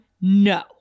no